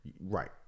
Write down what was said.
Right